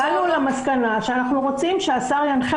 הגענו למסקנה שאנחנו רוצים שהשר ינחה